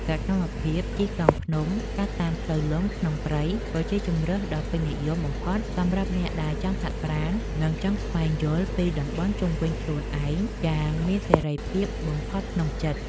សកម្មភាពជិះកង់ភ្នំកាត់តាមផ្លូវលំក្នុងព្រៃក៏ជាជម្រើសដ៏ពេញនិយមបំផុតសម្រាប់អ្នកដែលចង់ហាត់ប្រាណ និង ចង់ស្វែងយល់ពីតំបន់ជុំវិញដោយខ្លួនឯងយ៉ាងមានសេរីភាពបំផុតក្នុងចិត្ត។